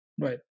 right